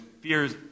fears